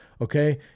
okay